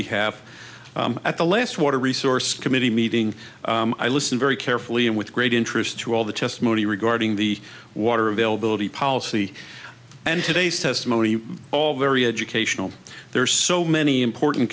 behalf at the last water resource committee meeting i listened very carefully and with great interest to all the testimony regarding the water availability policy and today's testimony all very educational there are so many important